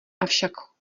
avšak